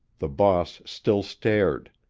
the boss still stared.